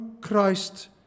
Christ